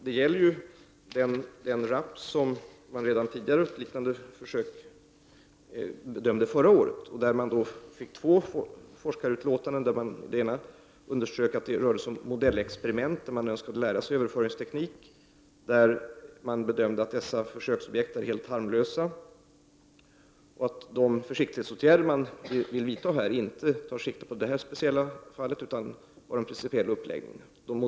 Det gäller den raps som man redan tidigare, vid ett försök förra året, bedömt. Där fick man två forskarutlåtanden. I det ena underströks att det rörde sig om modellexperiment där man önskade lära sig överföringstekniken. Man bedömde att dessa försöksobjekt var helt harmlösa. De försiktighetsåtgärder som man ville vidta tog inte sikte på det här speciella fallet utan hade en principiell uppläggning.